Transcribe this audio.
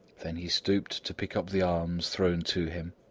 then he stooped to pick up the alms thrown to him,